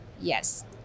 Yes